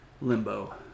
limbo